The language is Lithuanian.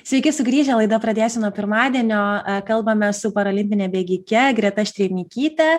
sveiki sugrįžę laida pradėsiu nuo pirmadienio kalbame su parolimpine bėgike greta štreimikyte